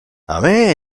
armee